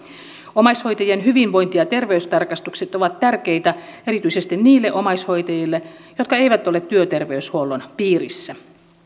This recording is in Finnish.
omaishoitajien hyvinvointi ja terveystarkastukset ovat tärkeitä erityisesti niille omaishoitajille jotka eivät ole työterveyshuollon piirissä